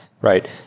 Right